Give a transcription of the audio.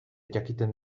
jakiten